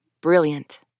Brilliant